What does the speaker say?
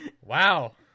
Wow